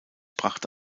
brachte